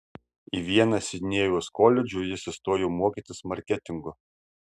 į vieną sidnėjaus koledžų jis įstojo mokytis marketingo